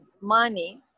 money